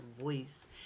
voice